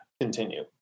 continue